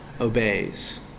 obeys